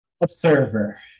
observer